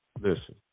Listen